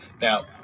Now